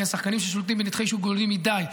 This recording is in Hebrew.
כי השחקנים שולטים בנתחי שוק גדולים מדי,